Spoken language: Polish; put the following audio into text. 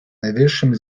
najwyższym